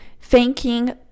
thanking